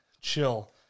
chill